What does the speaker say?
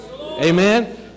Amen